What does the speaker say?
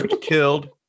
Killed